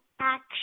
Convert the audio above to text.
action